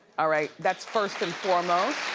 ah right, that's first and foremost.